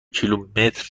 کیلومتر